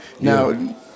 Now